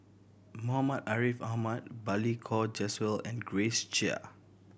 Muhammad Ariff Ahmad Balli Kaur Jaswal and Grace Chia